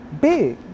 big